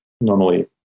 normally